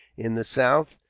in the south,